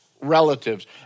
relatives